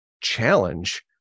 challenge